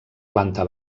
planta